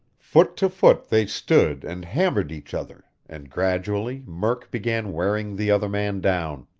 foot to foot they stood and hammered each other, and gradually murk began wearing the other man down.